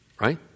right